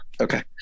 Okay